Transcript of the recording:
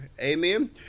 Amen